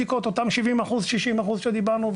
אותם 60%-70% שדיברנו.